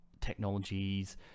technologies